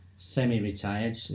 semi-retired